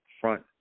front